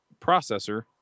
processor